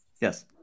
Yes